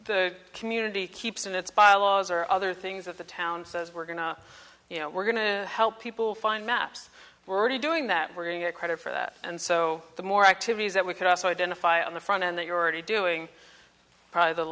the community keeps in its bylaws or other things that the town says we're going to you know we're going to help people find maps we're already doing that we're going to get credit for that and so the more activities that we can also identify on the front end that you're already doing probably the